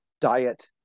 diet